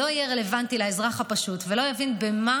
לא יהיה רלוונטי לאזרח הפשוט והוא לא יבין במה